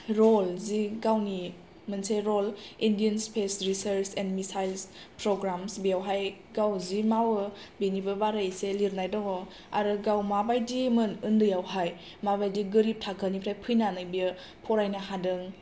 रल जि गावनि मोनसे रल Indian space research and missiles programs बियावहाय गाव जि मावो बेनिबो बारै एसे लिरनाय दङ आरो गाव माबादि मोन उन्दै आवहाय माबादि गोरिब थाखोनिफ्राइ फैनानै बेयो फरायनो हादों